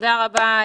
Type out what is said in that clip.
תודה רבה.